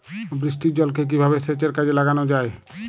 বৃষ্টির জলকে কিভাবে সেচের কাজে লাগানো যায়?